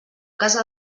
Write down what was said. casa